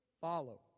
follow